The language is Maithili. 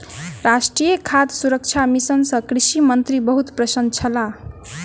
राष्ट्रीय खाद्य सुरक्षा मिशन सँ कृषि मंत्री बहुत प्रसन्न छलाह